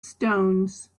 stones